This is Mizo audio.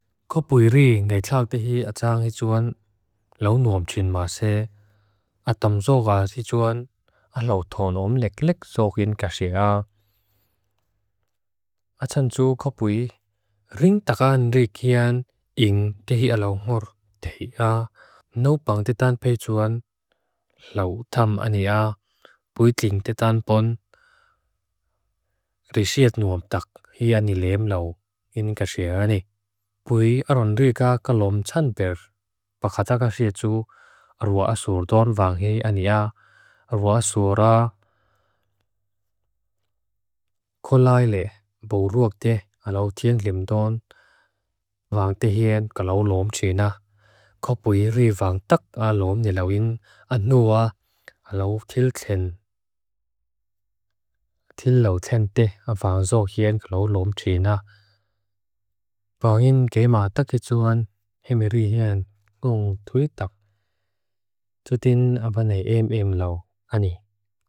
Kopui ri ngay tlakdihi ataang hituan, law nuam chin maase, atam zova hituan, alaw thonom leklek zokin kasea. Atan ju kopui, ring takaan ri kian, ing dihi alaw ngur tehia, nopang titanpeituan, law tam ania, pui tling titanpon, ri siet nuam tak, hi ani lem law, in kasea ani. Pui aranruika kalom tsanper, pakataka sietu, arwa asurdon vang hei ania, arwa asura kolaile, boruak deh, alaw thieng lemdon, vang tehien, kalaw lom china. Kopui ri vang tak alom nilawing anua, alaw tilten, tillau tente, vang zohien, kalaw lom china. Bawangin ge ma tak hituan, heme ri hien, ngong thuik tak. Tutin abane em em law, ani.